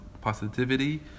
positivity